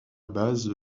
base